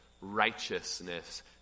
righteousness